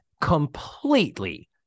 completely